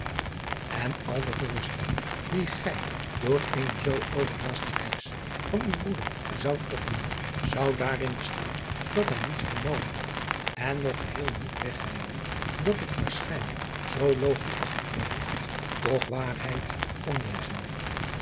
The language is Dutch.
n al de geruststelling die gij door eene zoo overhaaste reis van uw broeder zoudt opdoen zou daarin bestaan dat hij niets vernomen had en nog geheel niet wegnemen dat het waarschijnlijk zoo loogenachtig berigt toch waarheid kon wezen